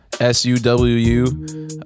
S-U-W-U